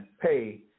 pay